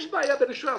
יש בעיה ברישוי עסקים.